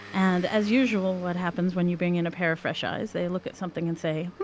and as usual, what happens when you bring in a pair of fresh eyes, they look at something and say,